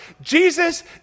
Jesus